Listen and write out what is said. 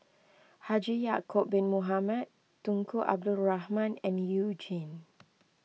Haji Ya'Acob Bin Mohamed Tunku Abdul Rahman and You Jin